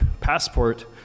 passport